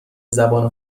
زبان